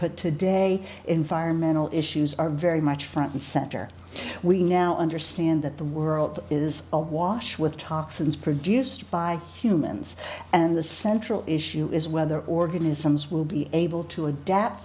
but today environmental issues are very much front and center we now understand that the world is awash with toxins produced by humans and the central issue is whether organisms will be able to adapt